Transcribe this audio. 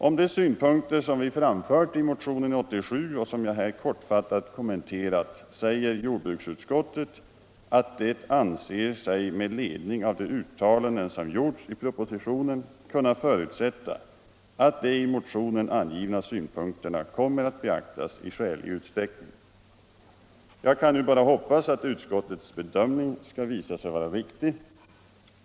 Om de synpunkter som vi framfört i motionen 87, och som jag här kortfattat kommenterat, säger jordbruksutskottet att det anser sig med ledning av de uttalanden som gjorts i propositionen kunna förutsätta att de i motionen angivna synpunkterna kommer att beaktas i skälig utsträckning. Jag kan nu bara hoppas att utskottets bedömning skall visa sig vara riktig.